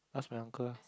ask my uncle ah